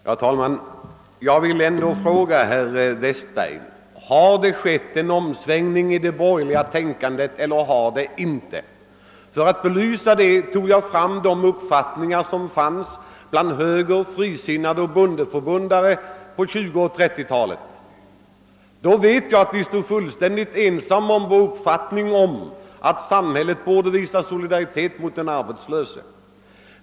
Herr talman! Jag vill ändå fråga herr Westberg: Har det skett en omsvängning i det borgerliga tänkandet eller inte? För att belysa den frågeställningen tog jag fram den uppfattning som rådde inom högern, de frisinnade och bondeförbundet på 1920 och 1930-talen. Jag vet att vi då stod fullständigt ensamma om vår uppfattning, att samhället borde visa solidaritet mot den arbetslöse.